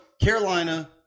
Carolina –